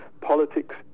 politics